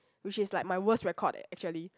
which is like my worst record actually